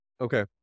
Okay